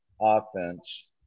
offense